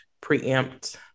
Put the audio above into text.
preempt